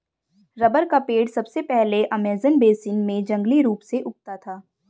rubber का पेड़ सबसे पहले अमेज़न बेसिन में जंगली रूप से उगता था